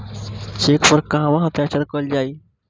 Check पर कहवा हस्ताक्षर कैल जाइ?